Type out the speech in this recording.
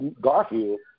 Garfield